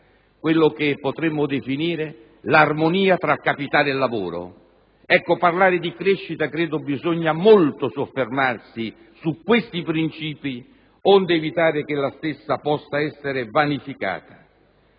quello che potremmo definire l'armonia tra capitale e lavoro. Credo che per parlare di crescita bisogna soffermarsi molto su questi principi, onde evitare che la stessa possa essere vanificata.